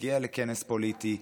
להגיע לכנס פוליטי,